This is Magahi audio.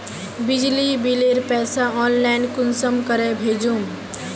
बिजली बिलेर पैसा ऑनलाइन कुंसम करे भेजुम?